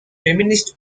feminist